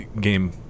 game